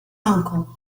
uncle